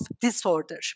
Disorder